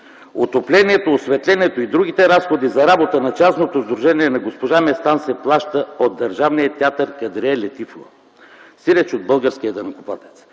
Отоплението, осветлението и другите разходи за работа на частното сдружение на госпожа Местан се плащат от Държавния театър „Кадрие Лятифова”, сиреч от българския данъкоплатец.